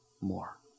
more